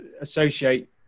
associate